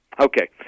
Okay